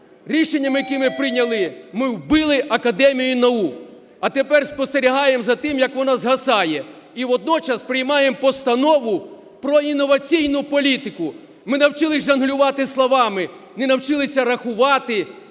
Рішення, яке ми прийняли, ми вбили Академію наук, а тепер спостерігаємо за тим, як вона згасає. І водночас приймаємо постанову про інноваційну політику. Ми навчились жонглювати словами, не навчились рахувати,